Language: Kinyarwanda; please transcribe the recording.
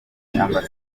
ifunguwe